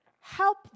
help